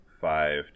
five